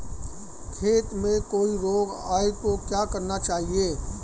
खेत में कोई रोग आये तो क्या करना चाहिए?